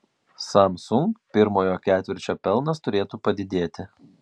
samsung pirmojo ketvirčio pelnas turėtų padidėti